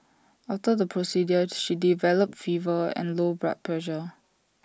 after the procedure she developed fever and low blood pressure